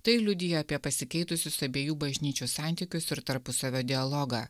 tai liudija apie pasikeitusius abiejų bažnyčių santykius ir tarpusavio dialogą